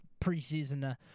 preseason